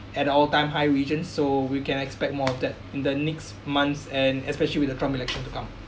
at the all time high regions so we can expect more of that in the next months and especially with the trump election to come